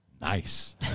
nice